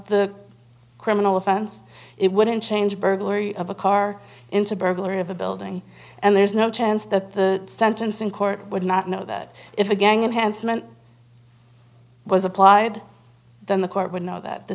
the criminal offense it wouldn't change burglary of a car into burglary of a building and there's no chance that the sentencing court would not know that if a gang unhandsome and was applied then the court would know that the